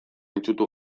itsutu